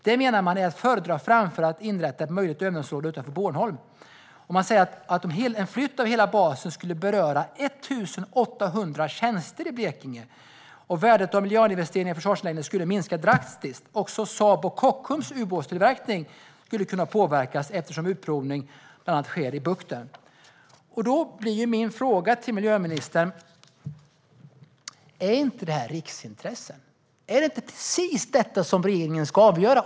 Det, menar man, är att föredra framför att inrätta ett möjligt övningsområde utanför Bornholm. "En flytt av hela basen skulle beröra 1 800 tjänster i Blekinge och värdet av miljardinvesteringar i försvarsanläggningar skulle minska drastiskt. Saab Kockums ubåtsutveckling i Karlskrona sägs också kunna påverkas, eftersom utprovning bland annat sker i bukten." Mina frågor till miljöministern blir: Är inte det här riksintressen? Är det inte precis detta regeringen ska avgöra?